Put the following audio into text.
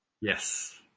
Yes